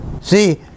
See